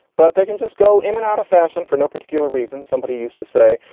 but they can just go in and out of fashion for no particular reason. somebody used to say,